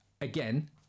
again